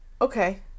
Okay